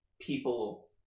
people